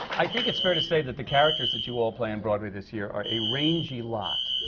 i think it's fair to say that the characters that you all play on broadway this year are a rangy lot.